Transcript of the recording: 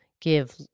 give